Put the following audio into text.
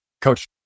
Coach